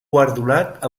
guardonat